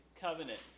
covenant